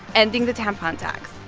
ending the tampon tax.